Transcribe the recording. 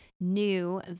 new